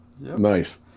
nice